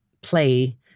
play